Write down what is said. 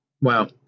Wow